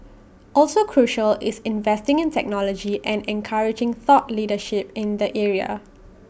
also crucial is investing in technology and encouraging thought leadership in the area